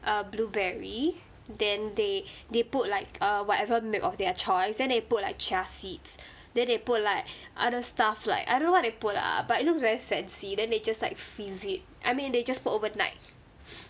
err blueberry then they they put like err whatever milk of their choice then they put like chia seeds then they put like other stuff like I don't know what they put lah but it looks very fancy then they just like freeze it I mean they just put overnight